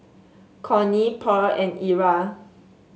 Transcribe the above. Connie Pearl and Era